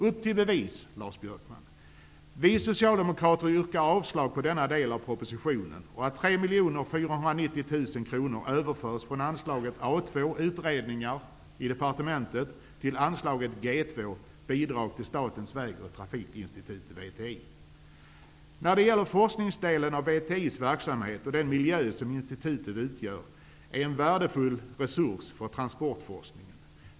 Upp till bevis, Lars Björkman! Vi socialdemokrater yrkar avslag på propositionen i denna del. Dessutom yrkar vi att 3 490 000 kr överförs från anslaget A 2 Utredningar i departementet till anslaget G 2 Bidrag till Statens Väg och trafikinstitut, VTI. Forskningsdelen och VTI:s verksamhet samt den miljö som institutet utgör är en värdefull resurs för transportforskningen.